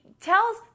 tells